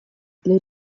для